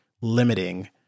limiting